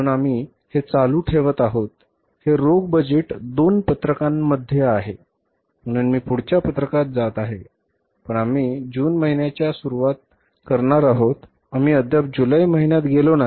म्हणून आम्ही हे चालू ठेवत आहोत हे रोख बजेट दोन पत्रकांमध्ये आहे म्हणून मी पुढच्या पत्रकात जात आहे पण आम्ही जून महिन्यापासून सुरुवात करणार आहोत आम्ही अद्याप जुलै महिन्यात गेलो नाही